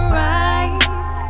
rise